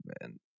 man